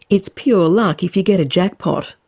it's pure luck if you get a jackpot,